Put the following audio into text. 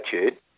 attitude